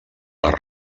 les